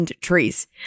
trees